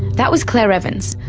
that was claire evans,